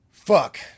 Fuck